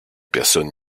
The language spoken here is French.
personne